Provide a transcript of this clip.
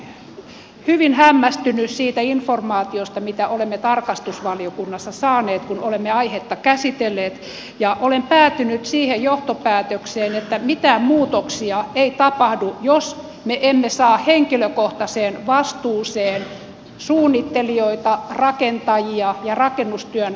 olen hyvin hämmästynyt siitä informaatiosta mitä olemme tarkastusvaliokunnassa saaneet kun olemme aihetta käsitelleet ja olen päätynyt siihen johtopäätökseen että mitään muutoksia ei tapahdu jos me emme saa henkilökohtaiseen vastuuseen suunnittelijoita rakentajia ja rakennustyön valvojia